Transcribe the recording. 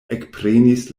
ekprenis